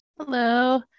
Hello